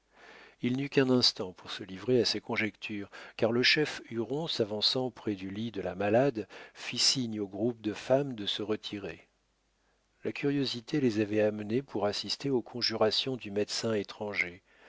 il n'eut qu'un instant pour se livrer à ses conjectures car le chef huron s'avançant près du lit de la malade fit signe au groupe de femmes de se retirer la curiosité les avait amenées pour assister aux conjurations du médecin étranger